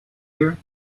here